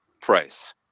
price